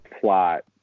plot